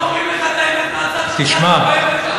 סוף-סוף אומרים לך את האמת, כואב לך.